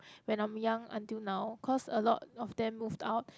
when I'm young until now cause a lot of them moved out